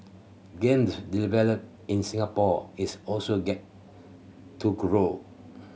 games development in Singapore is also get to grow